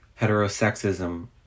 heterosexism